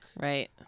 Right